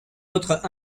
autre